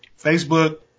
Facebook